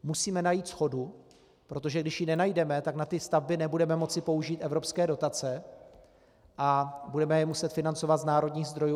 Musíme najít shodu, protože když ji nenajdeme, tak na ty stavby nebudeme moci použít evropské dotace a budeme je muset financovat z národních zdrojů.